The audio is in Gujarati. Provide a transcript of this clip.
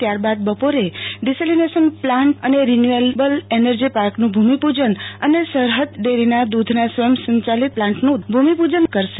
ત્યાર બાદ બપોરે ડિસેલીનેશન પ્લાન્ટ અને રીન્યુએબલ એનર્જી પાર્કનું ભૂમિપૂજન અને સરહદ ડેરીના દુધના સ્વયં સંચાલિત પ્લાન્ટનું ભૂમિપૂજન કરશે